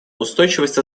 устойчивость